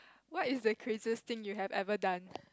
what is the craziest thing you have ever done